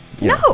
No